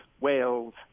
Wales